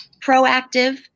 proactive